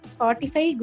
Spotify